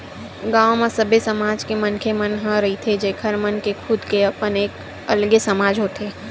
गाँव म सबे समाज के मनखे मन ह रहिथे जेखर मन के खुद के अपन एक अलगे समाज होथे